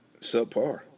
subpar